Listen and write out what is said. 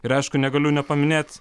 ir aišku negaliu nepaminėt